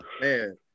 Man